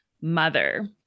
mother